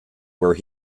where